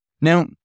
Now